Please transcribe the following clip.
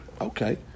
Okay